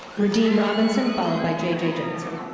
radim robertson followed by jj johnson.